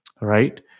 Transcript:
Right